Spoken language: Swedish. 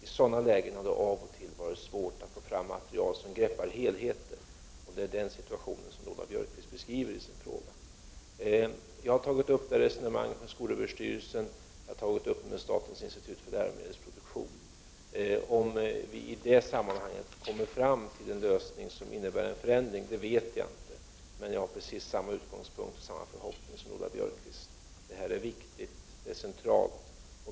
I sådana lägen har det av och till varit svårt att få fram material som är övergripande. Det är den situation som Lola Björkquist beskriver i sin fråga. Jag har tagit upp detta resonemang med skolöverstyrelsen och med statens institut för läromedelsproduktion. Om vi i det sammanhanget kommer att nå fram till en lösning av problemet som innebär någon förändring vet jag inte, men jag har precis samma utgångspunkt och samma förhoppning som Lola Björkquist: det här är viktigt och centralt.